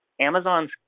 Amazon's